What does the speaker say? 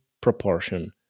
proportion